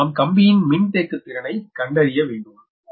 எனவே நாம் கம்பியின் மின்தேக்குத்திறனை கண்டறிய வேண்டும்